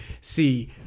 see